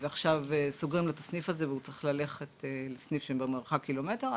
ועכשיו סוגרים לו את הסניף הזה והוא צריך ללכת לסניף שבמרחק קילומטר,